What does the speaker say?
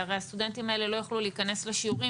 הרי הסטודנטים האלה לא יוכלו להיכנס לשיעורים